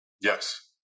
Yes